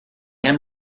him